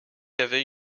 avait